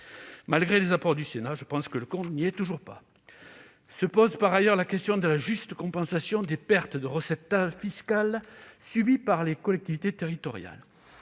Malgré les apports du Sénat, je pense que le compte n'y est toujours pas. Se pose par ailleurs la question de la juste compensation des pertes de recettes fiscales subies par les collectivités territoriales.